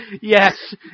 Yes